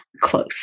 close